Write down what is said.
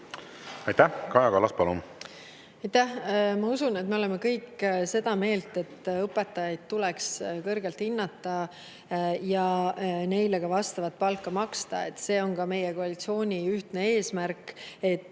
Aitäh! Kaja Kallas, palun! Aitäh! Ma usun, et me oleme kõik seda meelt, et õpetajaid tuleks kõrgelt hinnata ja neile ka vastavat palka maksta. Ka meie koalitsiooni ühtne eesmärk on